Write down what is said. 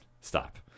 Stop